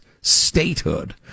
statehood